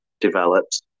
developed